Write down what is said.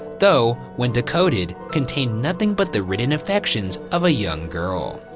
though, when decoded, contained nothing but the written affections of a young girl.